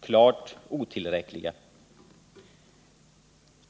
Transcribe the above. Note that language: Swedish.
klart otillräckliga.